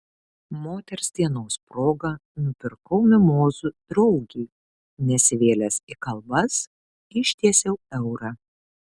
moters dienos proga nupirkau mimozų draugei nesivėlęs į kalbas ištiesiau eurą